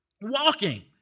walking